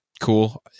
cool